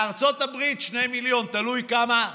לארצות הברית, 2 מיליון, תלוי כמה ימים.